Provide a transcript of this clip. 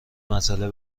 مسئله